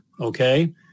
Okay